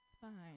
Fine